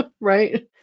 Right